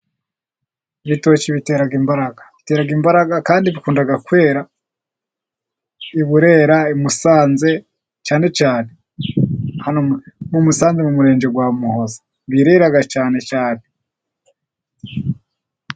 Ibitoki bitera imbaraga, bitera imbaraga kandi bikunda kwera i Burera, i Musanze, cyane cyane hano mu Musanze mu Murenge wa Muhoza, birera cyane cyane.